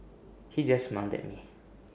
he just smiled at me